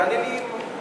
תענה לי למה,